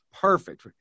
perfect